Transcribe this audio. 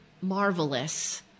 marvelous